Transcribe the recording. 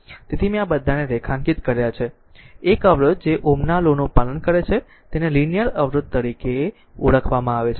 તેથી મેં આ બધાને રેખાંકિત કર્યા છે એક અવરોધ જે Ω ના લો નું પાલન કરે છે તેને લીનીયર અવરોધ તરીકે ઓળખવામાં આવે છે